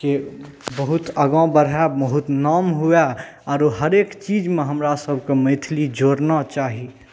के बहुत आगाँ बढ़ै बहुत नाम हुअए आओर हरेक चीजमे हमरासबके मैथिली जोड़ना चाही